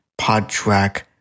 PodTrack